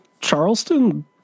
charleston